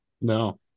No